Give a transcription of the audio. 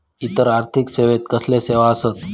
इतर आर्थिक सेवेत कसले सेवा आसत?